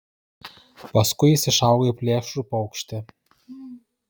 paskui jis išaugo į plėšrų paukštį